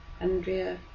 Andrea